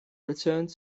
returned